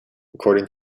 according